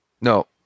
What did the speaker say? No